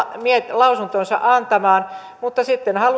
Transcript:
lausuntonsa antamaan mutta sitten